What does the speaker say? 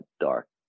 dark